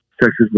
Texas